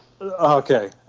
Okay